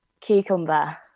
Cucumber